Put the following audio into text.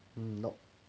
hmm but